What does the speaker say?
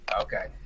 Okay